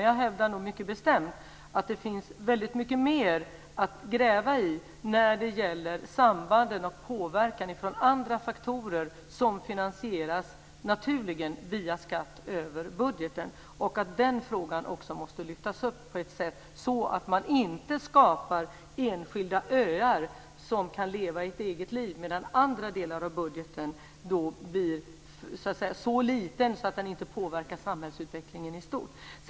Jag hävdar mycket bestämt att det finns väldigt mycket mer att gräva i när det gäller samband och påverkan från andra faktorer som naturligen finansieras via skatter över budgeten och att frågan måste lyftas fram på ett sådant sätt att man inte skapar enskilda öar som kan leva sitt eget liv, medan den andra delen av budgeten blir så liten att den inte påverkar samhällsutvecklingen i stort.